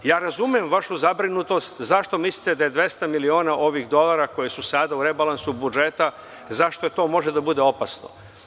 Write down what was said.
Ja razumem vašu zabrinutost zašto mislite da je 200 miliona dolara koje su sada u rebalansu budžeta, zašto to može da bude opasno.